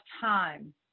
time